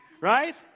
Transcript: Right